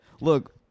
look